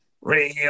Real